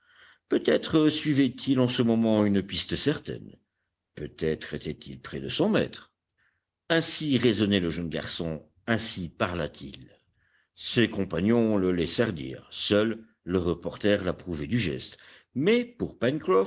peut-être suivait il en ce moment une piste certaine peut-être était-il près de son maître ainsi raisonnait le jeune garçon ainsi parla t il ses compagnons le laissèrent dire seul le reporter l'approuvait du geste mais pour pencroff